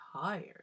Tired